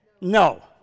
no